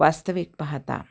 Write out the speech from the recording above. वास्तविक पाहता